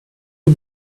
sie